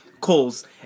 calls